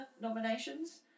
nominations